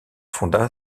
fonda